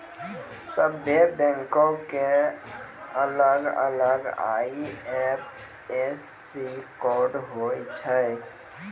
सभ्भे बैंको के अलग अलग आई.एफ.एस.सी कोड होय छै